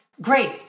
great